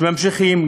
שממשיכים,